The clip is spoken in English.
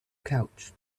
couch